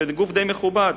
זה גוף די מכובד.